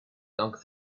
dunk